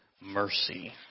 Mercy